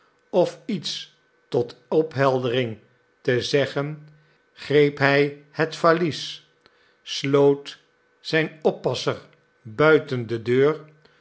of iets tot opheldering te zeggen greep hij het valies sloot zijn oppasser buiten de deur